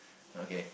okay